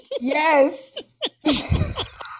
Yes